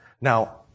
Now